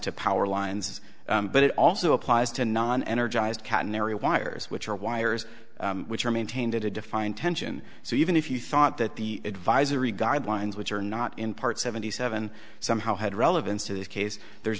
to power lines but it also applies to non energized catenary wires which are wires which are maintained at a defined tension so even if you thought that the advisory guidelines which are not in part seventy seven somehow had relevance to this case there